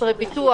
חסרי ביטוח.